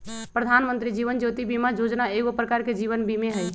प्रधानमंत्री जीवन ज्योति बीमा जोजना एगो प्रकार के जीवन बीमें हइ